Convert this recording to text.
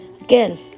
Again